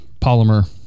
polymer